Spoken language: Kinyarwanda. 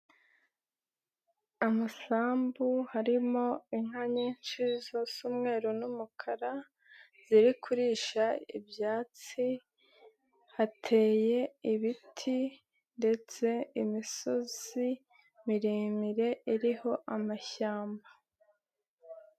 Amasambu harimo inka nyinshi z'umweru n'umukara ziri kurisha ibyatsi, hateye ibiti ndetse imisozi miremire iriho amashyamba.